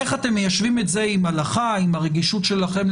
איך אתם מיישבים את זה עם הלכה, עם הרגישות שלכם?